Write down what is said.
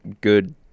good